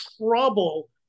trouble